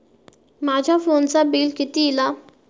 माझ्या फोनचा बिल किती इला?